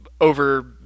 over